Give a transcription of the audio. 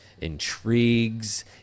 intrigues